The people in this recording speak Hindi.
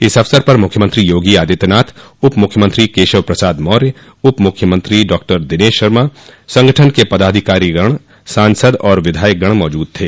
इस अवसर पर मुख्यमंत्री योगी आदित्यनाथ उपमुख्यमंत्री केशव प्रसाद मौर्य उपमुख्यमंत्री डाक्टर दिनेश शर्मा संगठन के पदाधिकारीगण सांसद और विधायकगण मौजूद थे